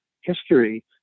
history